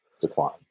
decline